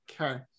Okay